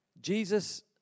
Jesus